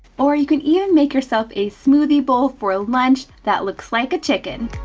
or you can even make yourself a smoothie bowl for a lunch, that looks like a chicken.